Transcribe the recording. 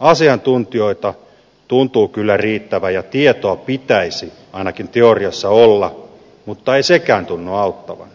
asiantuntijoita tuntuu kyllä riittävän ja tietoa pitäisi ainakin teoriassa olla mutta ei sekään tunnu auttavan